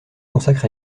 consacre